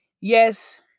yes